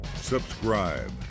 subscribe